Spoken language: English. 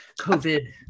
COVID